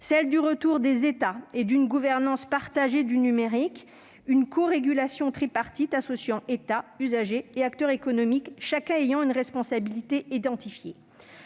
celle du retour des États et d'une gouvernance partagée du numérique, une corégulation tripartite associant État, usagers et acteurs économiques, chacun ayant une responsabilité identifiée.